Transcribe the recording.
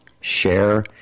share